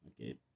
Okay